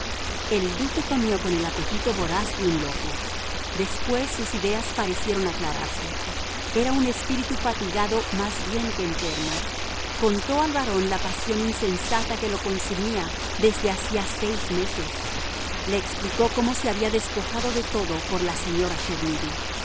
el duque comió con el apetito voraz de un loco después sus ideas parecieron aclararse era un espíritu fatigado más bien que enfermo contó al barón la pasión insensata que lo consumía desde hacía seis meses le explicó cómo se había despojado de todo por la señora